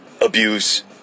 abuse